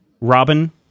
Robin